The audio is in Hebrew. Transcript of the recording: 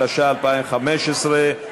התשע"ה 2015,